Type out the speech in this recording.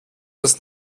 das